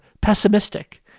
pessimistic